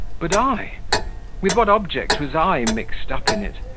but i with what object was i mixed up in it.